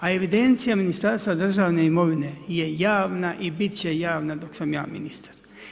A evidencija Ministarstva državne imovine je javna i biti će javna dok sam ja ministar.